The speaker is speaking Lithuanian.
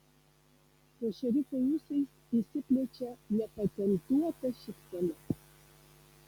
po šerifo ūsais išsiplečia nepatentuota šypsena